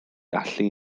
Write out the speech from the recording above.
allu